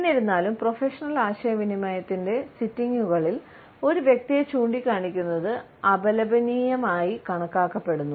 എന്നിരുന്നാലും പ്രൊഫഷണൽ ആശയവിനിമയത്തിന്റെ സിറ്റിംഗുകളിൽ ഒരു വ്യക്തിയെ ചൂണ്ടിക്കാണിക്കുന്നത് അപലപനീയമായി കണക്കാക്കപ്പെടുന്നു